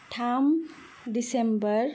थाम दिसेम्बर